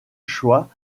choi